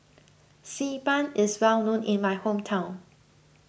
Xi Ban is well known in my hometown